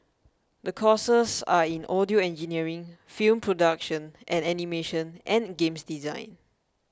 the courses are in audio engineering film production and animation and games design